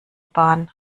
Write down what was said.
bahn